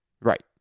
Right